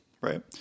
right